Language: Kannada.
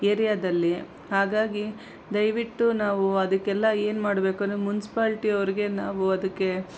ಏರಿಯಾದಲ್ಲಿ ಹಾಗಾಗಿ ದಯವಿಟ್ಟು ನಾವು ಅದಕ್ಕೆಲ್ಲ ಏನು ಮಾಡಬೇಕು ಅಂದರೆ ಮುನ್ಸ್ಪಾಲ್ಟಿಯವ್ರಿಗೆ ನಾವು ಅದಕ್ಕೆ